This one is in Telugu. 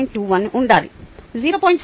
21 ఉండాలి 0